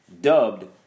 dubbed